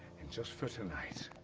and just for tonight.